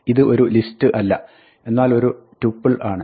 ഇത് ഒരു list അല്ല എന്നാൽ ഒരു tuple ആണ്